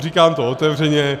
Říkám to otevřeně.